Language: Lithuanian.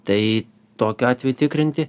tai tokiu atveju tikrinti